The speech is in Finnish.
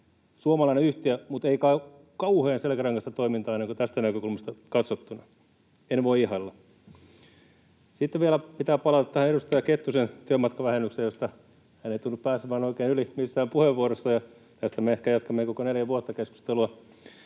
Suomalainen yhtiö, mutta ei kauhean selkärankaista toimintaa, ainakaan tästä näkökulmasta katsottuna. En voi ihailla. Sitten pitää vielä palata tähän edustaja Kettusen työmatkavähennykseen, josta hän ei tunnu pääsevän oikein yli missään puheenvuorossa, ja tästä me ehkä jatkamme koko neljä vuotta keskustelua.